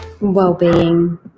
well-being